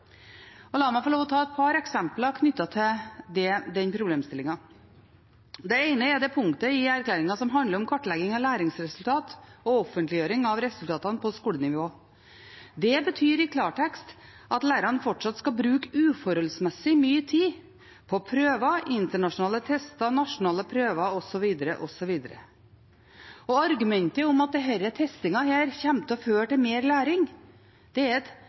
det. La meg få lov til å ta et par eksempler knyttet til den problemstillingen. Det ene er det punktet i erklæringen som handler om kartlegging av læringsresultater og offentliggjøring av resultatene på skolenivå. Det betyr i klartekst at lærerne fortsatt skal bruke uforholdsmessig mye tid på prøver, internasjonale tester, nasjonale prøver, osv., osv. Argumentet om at denne testingen fører til mer læring, er et